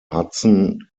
hudson